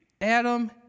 Adam